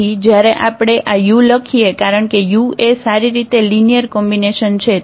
તેથી જયારે આપણે આ 𝑢 લખીએ કારણ કે 𝑢 એ સારી રીતે લિનિયર કોમ્બિનેશન છે